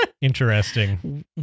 Interesting